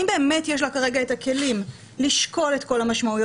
האם באמת יש לה כרגע את הכלים לשקול את כל המשמעויות?